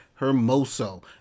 hermoso